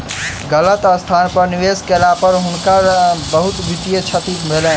गलत स्थान पर निवेश केला पर हुनका बहुत वित्तीय क्षति भेलैन